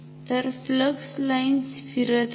तर flux lines फिरत आहेत